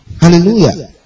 Hallelujah